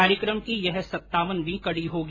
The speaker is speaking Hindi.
कार्यक्रम की यह सतावनवीं कड़ी होगी